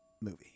movie